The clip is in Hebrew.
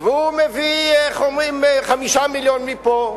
והוא מביא, איך אומרים, 5 מיליונים מפה,